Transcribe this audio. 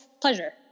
pleasure